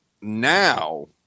now